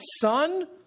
son